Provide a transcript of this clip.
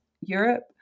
Europe